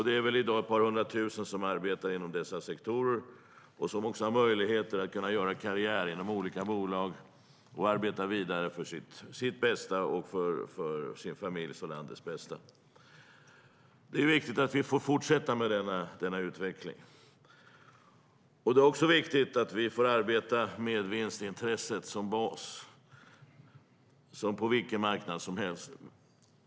Det är väl i dag ett par hundra tusen personer som arbetar inom dessa sektorer och som också har möjligheter att göra karriär inom olika bolag och arbeta vidare för sitt, familjens och landets bästa. Det är viktigt att vi får fortsätta med denna utveckling. Det är också viktigt att vi får arbeta med vinstintresset som bas, som på vilken marknad som helst.